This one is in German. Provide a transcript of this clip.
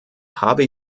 habe